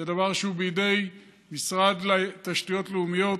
זה דבר שהוא בידי המשרד לתשתיות לאומיות,